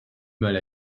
mal